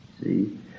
see